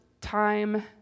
time